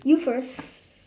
you first